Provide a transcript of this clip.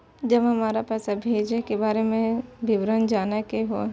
जब हमरा पैसा भेजय के बारे में विवरण जानय के होय?